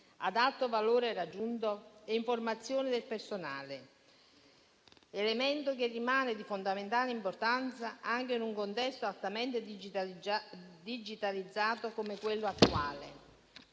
dato valore aggiunto e in formazione del personale, elemento che rimane di fondamentale importanza anche in un contesto altamente digitalizzato come quello attuale.